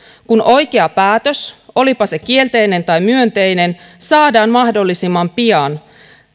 kun oikea päätös olipa se kielteinen tai myönteinen saadaan mahdollisimman pian